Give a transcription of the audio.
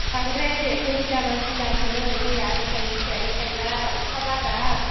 बांद्राया दे गयनि दामआ जि दामसै गयआ आजिखालि फिथाइआनो थाइला अखा बारा